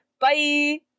bye